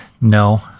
no